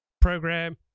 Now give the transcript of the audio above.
program